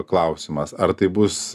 klausimas ar tai bus